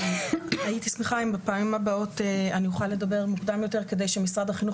הייתי שמחה אם בפעמים הבאות אני אוכל לדבר מוקדם יותר כדי שמשרד החינוך